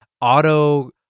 auto